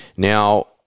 Now